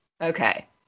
Okay